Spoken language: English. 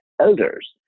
elders